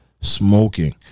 Smoking